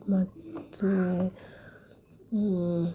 ಮತ್ತು